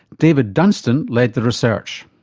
david dunstan led the research.